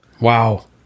wow